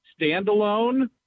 standalone